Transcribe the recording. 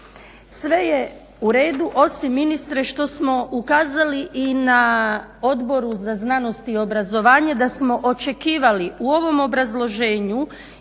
Sve je u redu osim ministre što smo ukazali i na Odboru za znanost i obrazovanje da smo očekivali u ovom obrazloženju